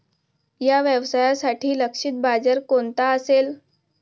या व्यवसायासाठी लक्षित बाजार कोणता असेल?